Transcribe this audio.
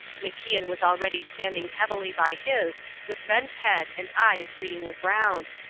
macian was already standing heavily by his with bent head and eyes reading the ground.